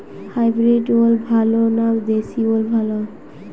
Hybrid ওল ভালো না দেশী ওল ভাল?